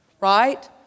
Right